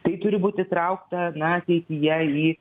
tai turi būt įtraukta na ateityje į